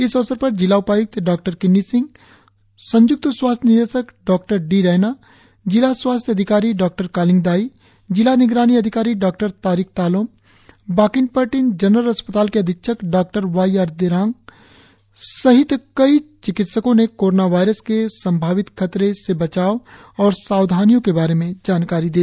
इस अवसर पर जिला उपायक्त डॉक्टर किन्नी सिंह संयुक्त स्वास्थ्य निदेशक डॉडी रैना जिला स्वास्थ्य अधिकारी डॉ कालिंग दाई जिला निगरानी अधिकारी डॉ तारिक तालोम बाकिन पर्टिन जनरल अस्पताल के अधीक्षक डॉ वाई आर दारांग सहित कई चिकित्सकों ने कोरोना वायरस के संभावित खतरे से बचाव और सावधानियों के बारे में जानकारी दी